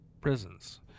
Prisons